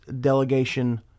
delegation